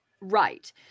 Right